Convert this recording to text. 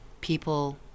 people